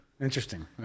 Interesting